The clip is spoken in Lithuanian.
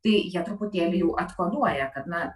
tai jie truputėlį jau atkoduoja kad na